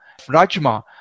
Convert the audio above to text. rajma